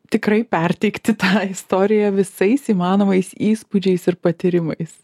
tikrai perteikti tą istoriją visais įmanomais įspūdžiais ir patyrimais